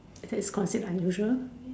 it is consider unusual